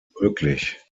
möglich